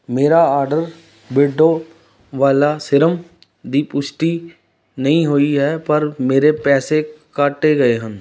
ਮੇਰੇ ਆਰਡਰ ਬਿਰਡੋ ਵਾਲਾ ਸੀਰਮ ਦੀ ਪੁਸ਼ਟੀ ਨਹੀਂ ਹੋਈ ਹੈ ਪਰ ਮੇਰੇ ਪੈਸੇ ਕੱਟੇ ਗਏ ਹਨ